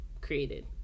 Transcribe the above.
created